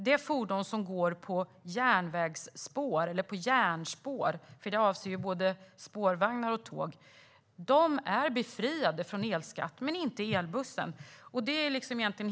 De fordon som går på järnvägsspår, både spårvagnar och tåg, är befriade från elskatt men inte elbussen.